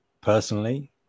personally